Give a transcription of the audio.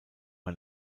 ein